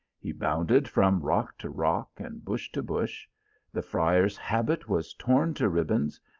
he bounded from rock to rock, and bush to bush the friar s habit was torn to ribands,